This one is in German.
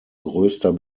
größter